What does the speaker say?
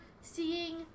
seeing